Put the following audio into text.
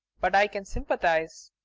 but i can sympathise.